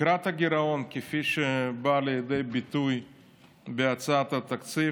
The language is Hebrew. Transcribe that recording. תקרת הגירעון כפי שהיא באה לידי ביטוי בהצעת התקציב